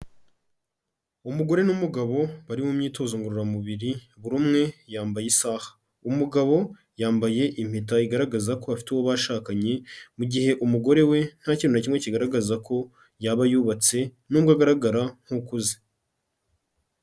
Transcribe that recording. Umugore n'umugabo bari mu myitozo ngororamubiri buri umwe yambaye isaha, umugabo yambaye impeta igaragaza ko afite uwo bashakanye, mu gihe umugore we nta kintu na kimwe kigaragaza ko yaba yubatse nubwo agaragara nk'ukuze.